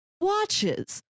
watches